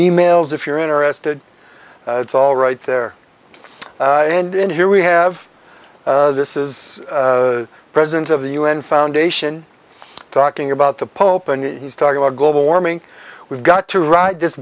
emails if you're interested it's all right there and in here we have this is the president of the u n foundation talking about the pope and he's talking about global warming we've got to write this